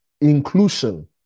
inclusion